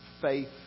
faith